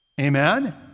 Amen